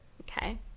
okay